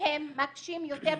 שהם מקשים יותר ויותר.